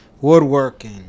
Woodworking